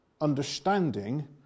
understanding